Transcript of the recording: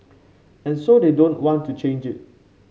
and so they don't want to change it